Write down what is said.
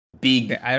big